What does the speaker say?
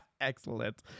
excellent